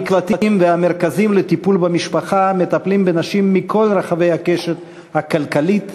במקלטים ובמרכזים לטיפול במשפחה מטפלים בנשים מכל רחבי הקשת הכלכלית,